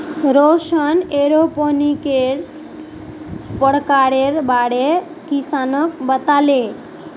रौशन एरोपोनिक्सेर प्रकारेर बारे किसानक बताले